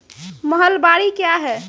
महलबाडी क्या हैं?